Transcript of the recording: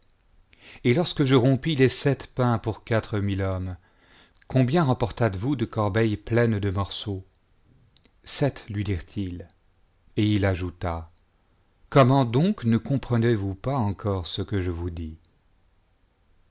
et lorsque je rompis les sept pains pour quatre mille hommes combien remportates vous de corbeilles j de morceaux sept lui dirent-ils et il ajouta comment donc ne comprenez-vous pas encore ce que je vous dis